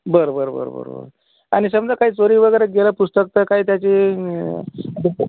बरं बरं बरं बरं बरं आणि समजा काही चोरी वगैरे गेला पुस्तक तर काही त्याची